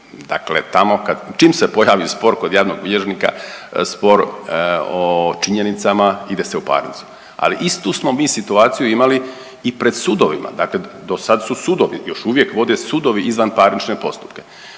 kad, čim se pojavi spor kod javnog bilježnika spor o činjenicama ide se u parnicu, ali istu smo mi situaciju imali i pred sudovima, dakle dosad su sudovi, još uvijek vode sudovi izvanparnične postupke.